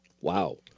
wow